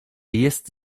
jest